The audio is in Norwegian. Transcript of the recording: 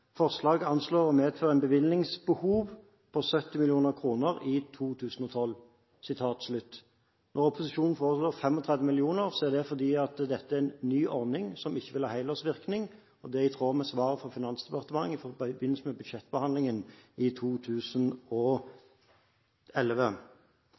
Forslaget anslås å medføre et bevilgningsbehov på 70 mill. kroner i 2012.» Når opposisjonen foreslår 35 mill. kr, er det fordi dette er en ny ordning som ikke vil ha helårsvirkning. Det er i tråd med svar fra Finansdepartementet i forbindelse med budsjettbehandlingen i